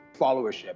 followership